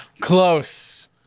close